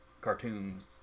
cartoons